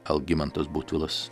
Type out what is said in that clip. algimantas butvilas